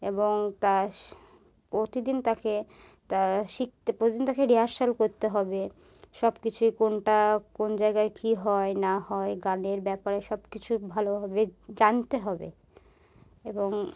এবং তা প্রতিদিন তাকে তা শিখতে প্রতিদিন তাকে রিহার্সাল করতে হবে সব কিছুই কোনটা কোন জায়গায় কী হয় না হয় গানের ব্যাপারে সব কিছু ভালোভাবে জানতে হবে এবং